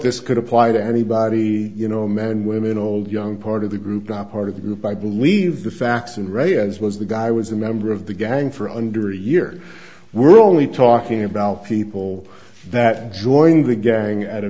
this could apply to anybody you know men women old young part of the group part of the group i believe the facts and ray is was the guy was a member of the gang for under a year we're only talking about people that join the gang at a